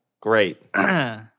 Great